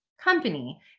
company